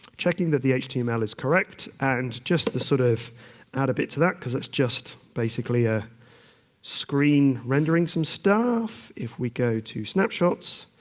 checking that the html is correct and just sort of add a bit to that because that's just basically a screen rendering some stuff. if we go to snapshots,